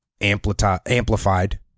amplified